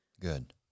good